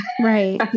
Right